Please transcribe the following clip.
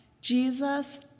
Jesus